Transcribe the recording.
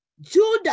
Judah